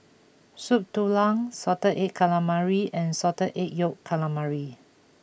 Soup Tulang Salted Egg Calamari and Salted Egg Yolk Calamari